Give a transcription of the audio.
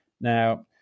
Now